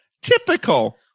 typical